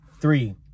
three